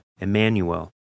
Emmanuel